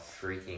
freaking